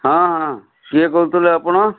ହଁ ହଁ କିଏ କହୁଥିଲେ ଆପଣ